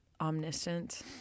omniscient